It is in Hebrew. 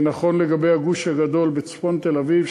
זה נכון לגבי הגוש הגדול בצפון תל-אביב,